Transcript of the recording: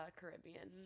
Caribbean